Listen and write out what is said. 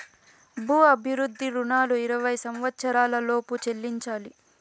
భూ అభివృద్ధి రుణాలు ఇరవై సంవచ్చరాల లోపు చెల్లించాలి